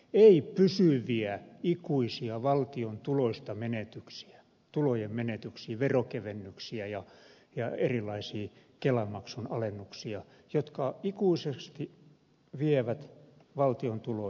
ei pysyviä ikuisia valtion tulojen menetyksiä verokevennyksiä ja erilaisia kelamaksun alennuksia jotka ikuisesti vievät valtion tuloja